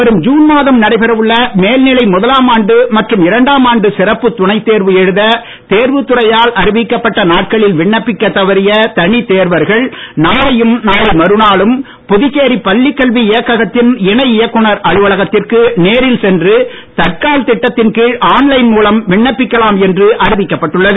வரும் ஜீன் மாதம் நடைபெற உள்ள மேல்நிலை முதலாம் ஆண்டு மற்றும் இரண்டாம் ஆண்டு சிறப்பு துணைத்தேர்வு எழுத தேர்வுத்துறையால் அறிவிக்கப்பட்ட நாட்களில் விண்ணப்பிக்க தவறிய தனித் தேர்வர்கள் நாளையும் நாளை மறுநாளும் புதுச்சேரி பள்ளிக் கல்வி இயக்ககத்தின் இணை இயக்குநர் அலுவலகத்திற்கு நேரில் சென்று தட்கால் திட்டத்தின் கீழ் ஆன்லைன் மூலம் விண்ணப்பிக்கலாம் என்று அறிவிக்கப்பட்டுள்ளது